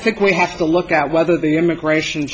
think we have to look at whether the immigration